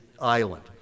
island